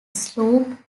sloop